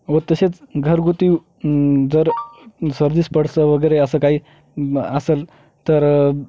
व तसेच घरगुती जर सर्दी पडसं वगैरे असं काही असेल तर